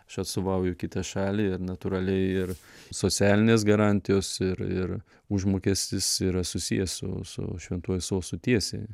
aš atstovauju kitą šalį ir natūraliai ir socialinės garantijos ir ir užmokestis yra susijęs su su šventuoju sostu tiesiai